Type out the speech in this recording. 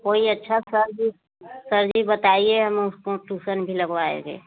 कोई अच्छा सर जो सर जी बताइए हम उसको टूसन भी लगवाएंगे